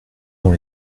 dans